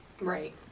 Right